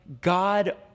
God